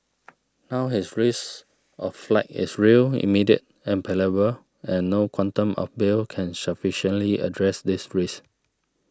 now his risk of flight is real immediate and palpable and no quantum of bail can sufficiently address this risk